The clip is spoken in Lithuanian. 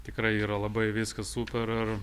tikrai yra labai viskas super ir